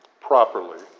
properly